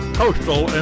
coastal